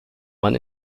man